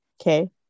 Okay